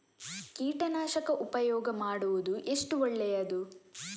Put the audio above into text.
ಕೀಟನಾಶಕ ಉಪಯೋಗ ಮಾಡುವುದು ಎಷ್ಟು ಒಳ್ಳೆಯದು?